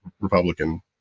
Republican